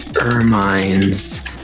ermines